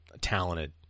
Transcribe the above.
talented